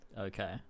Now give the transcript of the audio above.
Okay